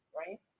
right